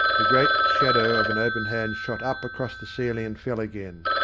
the great shadow of an open hand shot up across the ceiling and fell again.